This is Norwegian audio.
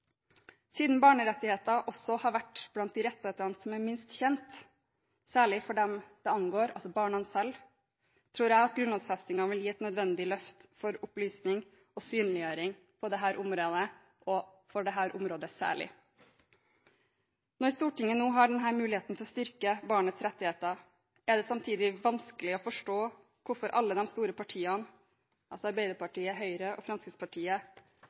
Siden barnerettigheter også har vært blant de rettighetene som er minst kjent, særlig for dem det angår, altså barna selv, tror jeg at grunnlovfestingen vil gi et nødvendig løft for opplysning og synliggjøring på dette området – og for dette området særlig. Når Stortinget nå har denne muligheten til å styrke barnets rettigheter, er det samtidig vanskelig å forstå hvorfor alle de store partiene, Arbeiderpartiet, Høyre og Fremskrittspartiet,